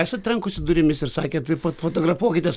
esat trenkusi durimis ir sakėt taip pat fotografuokitės